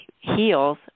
heals